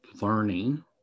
learning